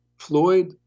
Floyd